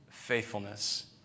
Faithfulness